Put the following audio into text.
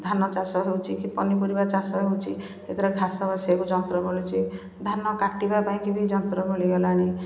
ଧାନ ଚାଷ ହେଉଛି କି ପନିପରିବା ଚାଷ ହେଉଛି ସେଥିରେ ଘାସ ବାଛିବାକୁ ଯନ୍ତ୍ର ମିଳୁଛି ଧାନ କାଟିବା ପାଇଁ କି ବି ଯନ୍ତ୍ର ମିଳିଗଲାଣି